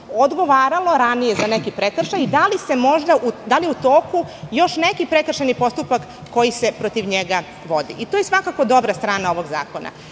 odgovaralo ranije za neki prekršaj i da li je u toku još neki prekršajni postupak koji se protiv njega vodi. To je svakako dobra strana ovog zakona. Ne